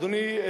אדוני,